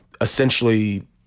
Essentially